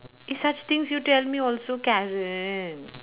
eh such things you tell me also Karen